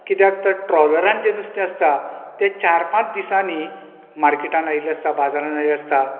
कित्याक तर ट्रोलरान जे नुस्तें आसता ते चार पांच दिसांनी मार्केटान आयिल्ले आसता बाजारान आसता